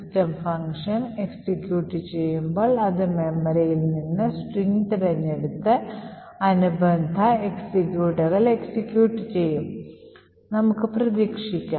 system function execute ചെയ്യുമ്പോൾ അത് മെമ്മറിയിൽ നിന്ന് സ്ട്രിംഗ് തിരഞ്ഞെടുത്ത് അനുബന്ധ എക്സിക്യൂട്ടബിൾ എക്സിക്യൂട്ട് ചെയ്യും ചെയ്യുമെന്ന് നമുക്ക് പ്രതീക്ഷിക്കാം